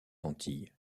antilles